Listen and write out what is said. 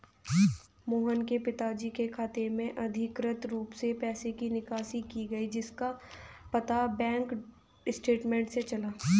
मोहन के पिताजी के खाते से अनधिकृत रूप से पैसे की निकासी की गई जिसका पता बैंक स्टेटमेंट्स से चला